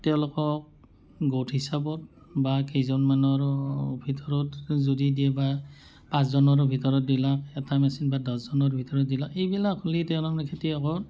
তেওঁলোকক গোট হিচাপত বা কেইজনমানৰ ভিতৰত যদি দিয়ে বা পাঁচজনৰ ভিতৰত দিলে এটা মেচিন বা দহজনৰ ভিতৰত দিলে এইবিলাক হ'লেই তাৰ মানে খেতিয়কৰ